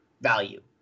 value